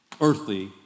earthly